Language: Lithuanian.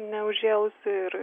neužžėlusi ir